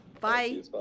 Bye